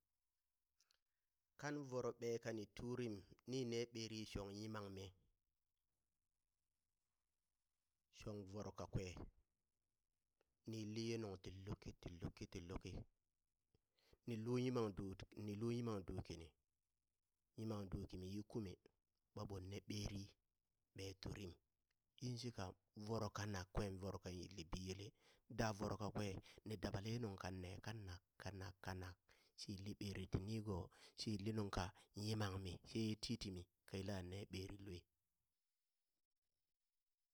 Kan voro ɓee kani tuurim, mi ne ɓerii shong yimaŋmi, shong voro kakwe, ni yilli ye nuŋ ti luki ti luki ti luki, ni luu yima dut ni luu yimaŋ duu kini, yimaŋ duu kimi yi kume, ɓaɓo neɓeri ɓee turim, yin shika voro kanak kwen voro ka yille biyele, da voro kakwe ni dabale ye nung kan nee kanak kanak kanak shi yilli ɓeri ti nigo, shi yilli nuŋ ka yimaŋmi sheye titimi ka yila ne ɓeri lue.